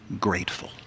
grateful